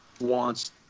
wants